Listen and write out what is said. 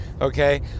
okay